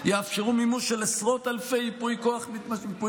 יאפשרו מימוש של עשרות אלפי ייפויי כוח